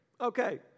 Okay